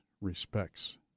respects